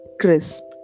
crisp